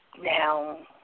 now